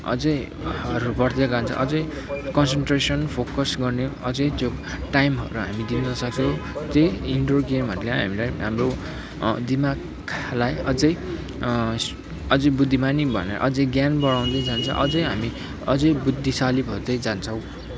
अझै अरू गर्दै लाँदा अझै कन्सनट्रेसन फोकस गर्ने अझै त्यो टाइमहरू हामी दिन सक्छौँ त्यही इन्डुवर गेमहरूले हामीलाई हाम्रो दिमागलाई अझै अझै बुद्धिमानी अझै ज्ञान बडाउँदै जान्छ अझै हामी अझै बुद्धिशाली हुँदै जान्छौँ